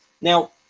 now